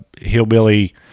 hillbilly